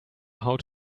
how